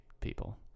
people